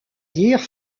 dire